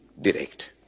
direct